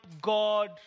God